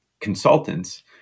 Consultants